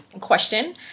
Question